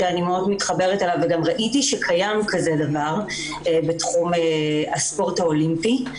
שאני מאוד מתחברת אליו וגם ראיתי שקיים כזה דבר בתחום הספורט האולימפי.